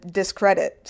discredit